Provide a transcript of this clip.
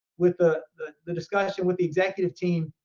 with ah the the discussion with the executive team,